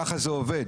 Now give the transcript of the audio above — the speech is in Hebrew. ככה זה עובד.